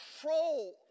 control